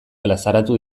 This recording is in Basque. plazaratu